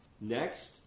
Next